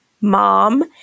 mom